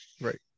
Right